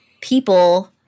people